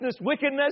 wickedness